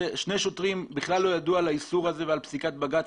שני שוטרים בכלל לא ידעו על האיסור הזה ועל פסיקת בג"צ